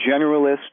generalist